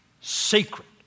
secret